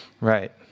Right